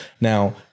Now